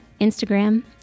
Instagram